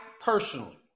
personally